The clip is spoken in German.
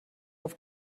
auf